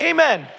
Amen